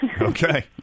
Okay